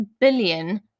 billion